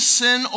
sin